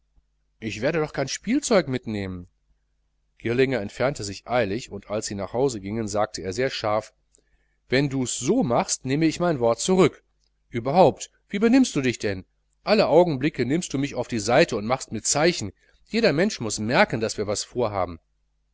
ich werde doch kein spielzeug mitnehmen girlinger entfernte sich eilig und als sie nach hause gingen sagte er sehr scharf wenn dus so machst nehme ich mein wort zurück überhaupt wie benimmst du dich denn alle augenblicke nimmst du mich auf die seite und machst mir zeichen jeder mensch muß merken daß wir was vorhaben